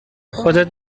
خودت